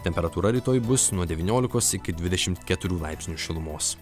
temperatūra rytoj bus nuo devyniolikos iki dvidešimt keturių laipsnių šilumos